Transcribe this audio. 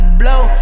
blow